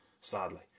sadly